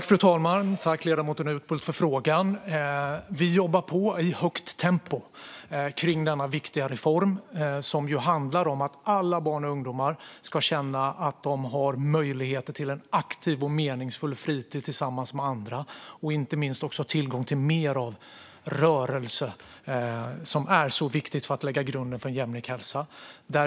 Fru talman! Tack, ledamoten Utbult, för frågan! Vi jobbar på i högt tempo med denna viktiga reform, som ju handlar om att alla barn och ungdomar ska känna att de har möjligheter till en aktiv och meningsfull fritid tillsammans med andra och inte minst tillgång till mer rörelse, vilket är mycket viktigt för att lägga grunden för en jämlik hälsa.